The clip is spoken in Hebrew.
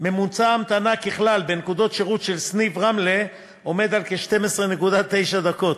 ממוצע ההמתנה ככלל בנקודות שירות של סניף רמלה עומד על 12.9 דקות,